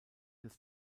des